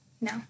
No